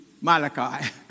Malachi